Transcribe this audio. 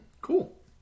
Cool